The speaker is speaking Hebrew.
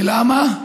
ולמה?